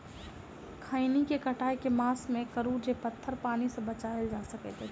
खैनी केँ कटाई केँ मास मे करू जे पथर पानि सँ बचाएल जा सकय अछि?